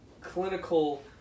clinical